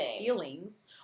feelings